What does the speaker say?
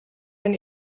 ein